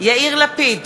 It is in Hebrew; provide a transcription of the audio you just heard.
יאיר לפיד,